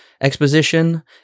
exposition